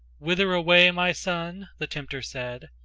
whither away, my son? the tempter said,